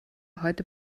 heute